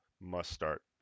must-start